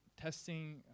testing